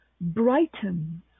Brighten